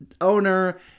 owner